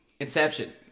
Inception